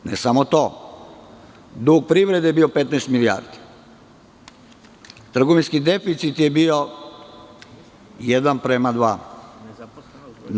I ne samo to, dug privrede je bio 15 milijardi, a trgovinski deficit je bio jedan prema dva.